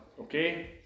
okay